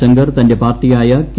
ശങ്കർ തന്റെ പാർട്ടിയായ കെ